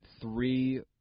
three-